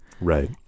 Right